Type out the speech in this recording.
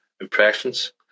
impressions